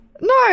No